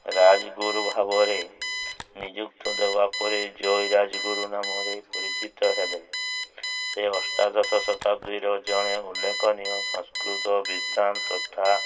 ରାଜଗୁରୁ ଭାବରେ ନିଯୁକ୍ତ ଦବା ପରେ ଜୟୀ ରାଜଗୁରୁ ନାମରେ ପରିଚିତ ହେଲେ ସେ ଅଷ୍ଟାଦଶ ଶତାବ୍ଦୀର ଜଣେ ଉଲ୍ଲେଖନୀୟ ସଂସ୍କୃତ ବିଧାନ ତଥା